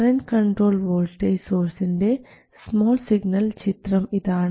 current controlled voltage സോഴ്സിൻറെ small signal ചിത്രം ഇതാണ്